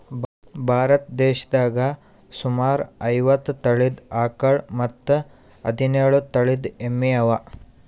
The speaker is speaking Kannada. ಭಾರತ್ ದೇಶದಾಗ್ ಸುಮಾರ್ ಐವತ್ತ್ ತಳೀದ ಆಕಳ್ ಮತ್ತ್ ಹದಿನೇಳು ತಳಿದ್ ಎಮ್ಮಿ ಅವಾ